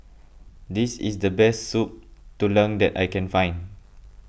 this is the best Soup Tulang that I can find